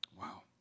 Wow